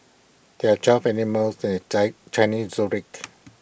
there are twelve animals in the Chinese Zodiac